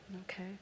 Okay